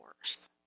worse